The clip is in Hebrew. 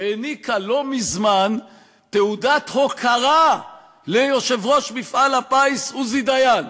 שהעניקה לא מזמן תעודת הוקרה ליושב-ראש מפעל הפיס עוזי דיין.